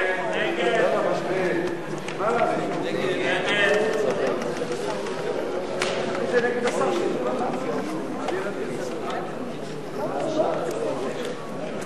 ההסתייגות של חבר הכנסת אורי אריאל לסעיף 54 לא